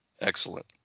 Excellent